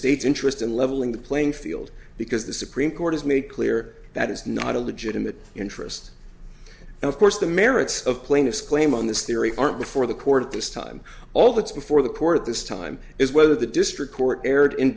state's interest and leveling the playing field because the supreme court has made clear that is not a legitimate interest and of course the merits of plaintiff's claim on this theory aren't before the court at this time all that is before the court at this time is whether the district court erred in